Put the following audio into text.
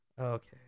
Okay